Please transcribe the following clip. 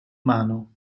mano